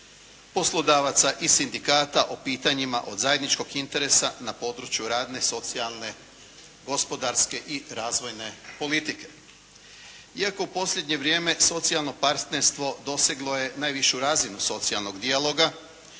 poslodavaca i sindikata o pitanjima od zajedničkog interesa na području radne, socijalne, gospodarske i razvojne politike. Iako u posljednje vrijeme socijalno partnerstvo doseglo je najvišu razinu socijalnog dijaloga